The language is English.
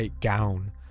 gown